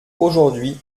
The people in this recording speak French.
aujourd’hui